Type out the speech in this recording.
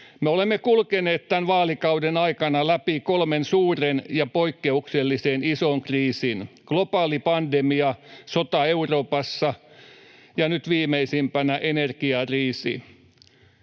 Me olemme kulkeneet tämän vaalikauden aikana läpi kolmen suuren ja poikkeuksellisen ison kriisin: globaali pandemia, sota Euroopassa ja nyt viimeisimpänä energiakriisi.